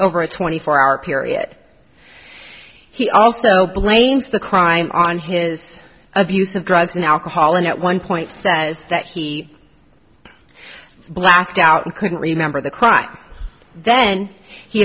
over a twenty four hour period he also blames the crime on his abuse of drugs and alcohol and at one point says that he blacked out and couldn't remember the crime then he